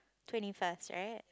twenty first right